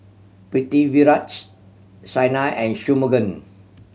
Pritiviraj Saina and Shunmugam